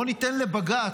בואו ניתן לבג"ץ,